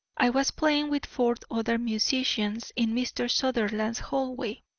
i was playing with four other musicians in mr. sutherland's hallway.